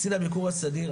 קצין הביקור הסדיר,